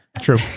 True